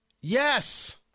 Yes